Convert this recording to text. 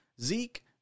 Zeke